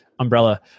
umbrella